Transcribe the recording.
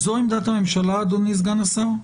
זו עמדת הממשלה, אדוני סגן השר?